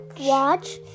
watch